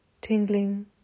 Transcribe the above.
Tingling